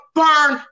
burn